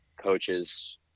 coaches